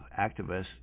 activists